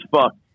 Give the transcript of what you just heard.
fuck